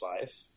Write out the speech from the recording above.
life